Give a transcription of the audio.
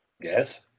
Yes